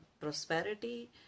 prosperity